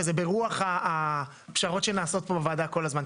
וזה ברוח הפשרות שנעשות פה בוועדה כל הזמן.